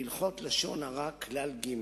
בהלכות לשון הרע, כלל ג':